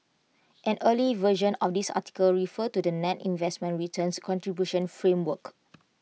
an earlier version of this article referred to the net investment returns contribution framework